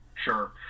sure